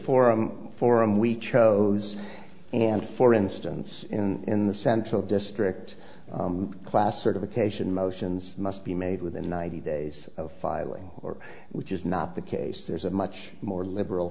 forum forum we chose and for instance in the central district class certification motions must be made within ninety days of filing or which is not the case there's a much more liberal